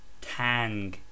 tang